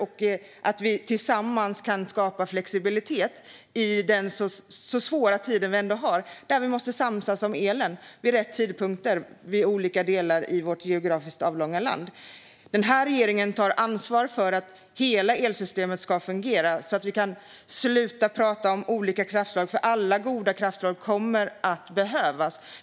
Vi kommer tillsammans att kunna skapa flexibilitet i denna så svåra tid där vi måste samsas om elen vid rätt tidpunkter i olika delar av vårt geografiskt avlånga land. Den här regeringen tar ansvar för att hela elsystemet ska fungera, så vi kan sluta tala om olika kraftslag, för alla goda kraftslag kommer att behövas.